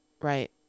Right